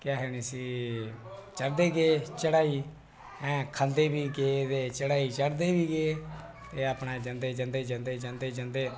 केह् आखदे न इसी कि चढ़दे गे चढ़ाई खलदे बी गे ते चढाई चढदे बी गे ते अपने जंदे जंदे जंदे